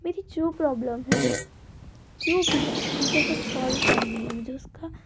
मेरी जो प्रोब्लम है जो भी है मुझे अगर सोल्व करनी है मुझे उसका